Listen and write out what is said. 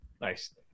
Nice